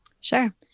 Sure